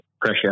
pressure